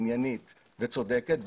עניינית וצודקת,